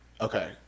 Okay